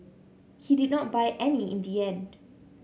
he did not buy any in the end